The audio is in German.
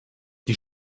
die